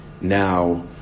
now